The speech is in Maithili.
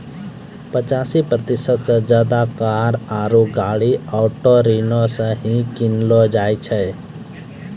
पचासी प्रतिशत से ज्यादे कार आरु गाड़ी ऑटो ऋणो से ही किनलो जाय छै